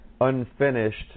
unfinished